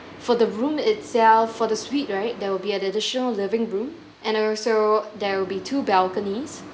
for the room itself for the suite right there will be additional living room and also there will be two balconies